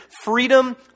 freedom